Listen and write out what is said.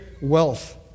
wealth